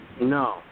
No